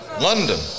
London